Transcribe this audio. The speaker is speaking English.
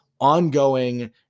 ongoing